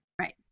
Right